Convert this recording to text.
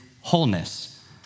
wholeness